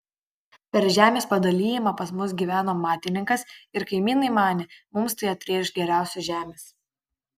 per žemės padalijimą pas mus gyveno matininkas ir kaimynai manė mums tai atrėš geriausios žemės